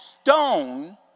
stone